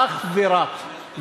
אך ורק.